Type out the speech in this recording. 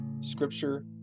scripture